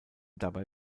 dabei